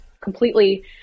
completely